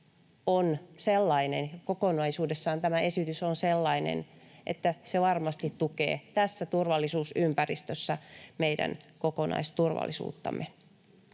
kokonaisuudessaan tämä esitys on sellainen, että se varmasti tukee tässä turvallisuusympäristössä meidän kokonaisturvallisuuttamme.